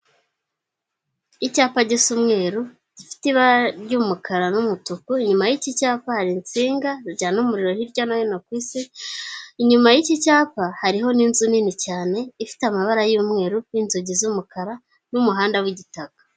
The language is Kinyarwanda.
Icyapa gisa umweru gifite ibara ry'umukara n'umutuku, inyuma y'iki cyapa hari insinga zijyana umuriro hirya no hino ku isi, inyuma y'iki cyapa hariho n'inzu nini cyane ifite amabara y'umweru, n'inzugi z'umukara, n'umuhanda w'igitaka.